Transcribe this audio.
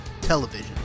television